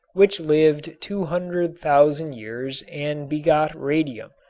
which lived two hundred thousand years and begot radium,